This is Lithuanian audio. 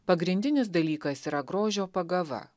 pagrindinis dalykas yra grožio pagava